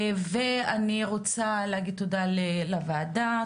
ואני רוצה להגיד תודה לוועדה,